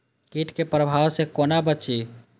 कीट के प्रभाव से कोना बचीं?